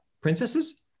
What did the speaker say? Princesses